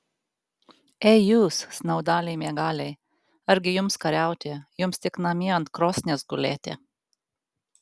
ei jūs snaudaliai miegaliai argi jums kariauti jums tik namie ant krosnies gulėti